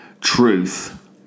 truth